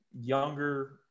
younger